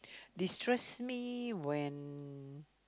destress me when